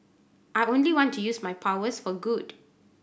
I only want to use my powers for good